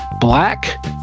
black